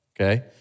okay